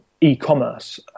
e-commerce